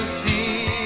see